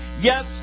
yes